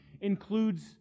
includes